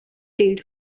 did